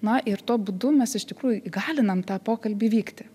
na ir tuo būdu mes iš tikrųjų įgalinam tą pokalbį vykti